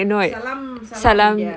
salam salam india